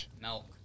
Milk